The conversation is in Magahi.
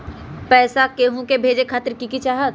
पैसा के हु के भेजे खातीर की की चाहत?